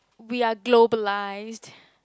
we are globalised